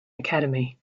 academy